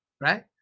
right